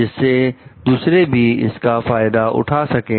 जिससे दूसरे भी इसका फायदा उठा सकें